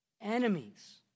Enemies